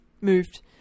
Moved